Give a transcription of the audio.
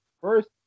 first